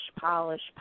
polish